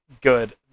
good